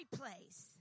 place